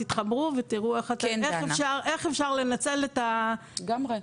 תתחברו ותראו איך אפשר לנצל את ה -- לגמרי.